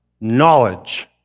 knowledge